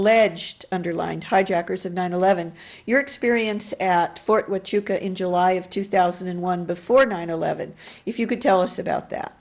alleged underlined hijackers of nine eleven your experience at fort what you can in july of two thousand and one before nine eleven if you could tell us about that